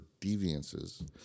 deviances